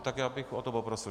Tak já bych o to poprosil.